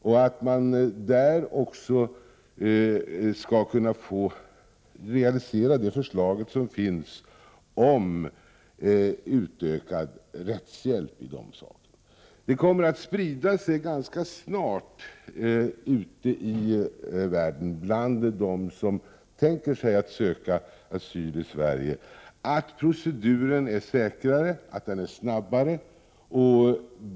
Det är viktigt att man kan realisera det förslag som finns om utökad rättshjälp i dessa frågor. Det kommer att sprida sig ganska snabbt ute i världen bland dem som tänker sig att söka asyl i Sverige att proceduren är säkrare och att den är snabbare.